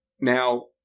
Now